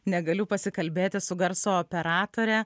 negaliu pasikalbėti su garso operatore